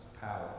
power